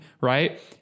right